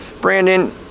Brandon